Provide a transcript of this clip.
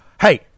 hey